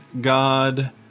God